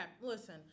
Listen